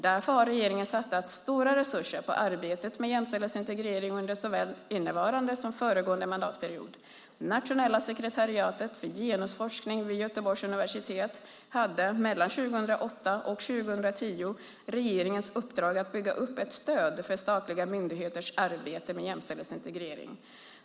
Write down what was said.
Därför har regeringen satsat stora resurser på arbetet med jämställdhetsintegrering under såväl innevarande som föregående mandatperiod. Nationella sekretariatet för genusforskning vid Göteborgs universitet hade mellan 2008 och 2010 regeringens uppdrag att bygga upp ett stöd för statliga myndigheters arbete med jämställdhetsintegrering.